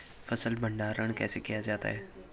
फ़सल भंडारण कैसे किया जाता है?